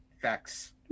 Facts